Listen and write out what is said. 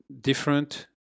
different